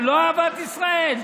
זה לא אהבת ישראל?